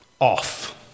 off